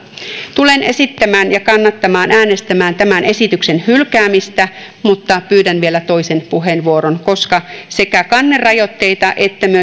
tulen esittämään ja kannattamaan ja äänestämään tämän esityksen hylkäämistä mutta pyydän vielä toisen puheenvuoron koska sekä kannerajoitteisiin